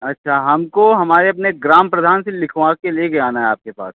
अच्छा हमको हमारे अपने ग्राम प्रधान से लिखवा के लेके आना है आपके पास